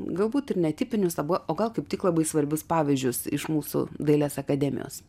galbūt ir netipinius abu o gal kaip tik labai svarbius pavyzdžius iš mūsų dailės akademijos